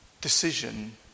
decision